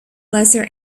lesser